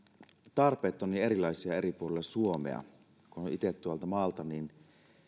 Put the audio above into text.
tarpeet ovat niin erilaisia eri puolilla suomea kun on itse tuolta maalta ja